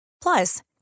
Plus